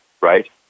right